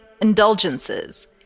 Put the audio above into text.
Indulgences